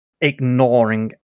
Ignoring